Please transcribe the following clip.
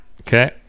Okay